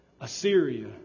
Assyria